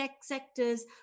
sectors